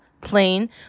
plain